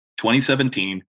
2017